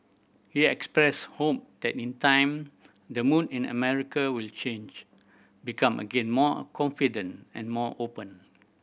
he expressed hope that in time the mood in America will change become again more confident and more open